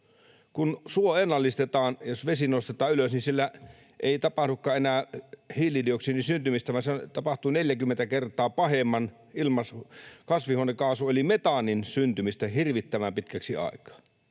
Kun suo ennallistetaan, jos vesi nostetaan ylös, siellä ei tapahdukaan enää hiilidioksidin syntymistä, vaan tapahtuu 40 kertaa pahemman kasvihuonekaasun eli metaanin syntymistä hirvittävän pitkäksi aikaa.